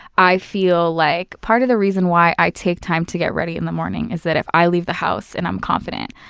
i feel like part of the reason why i take time to get ready in the morning is that if i leave the house and i'm confident,